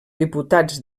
diputats